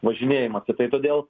važinėjimą tai tai todėl